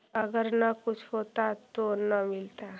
अगर न कुछ होता तो न मिलता?